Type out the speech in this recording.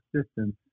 assistance